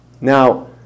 Now